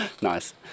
Nice